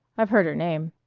i've heard her name.